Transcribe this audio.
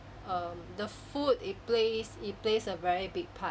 um the food it plays it plays a very big part